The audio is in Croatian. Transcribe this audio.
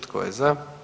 Tko je za?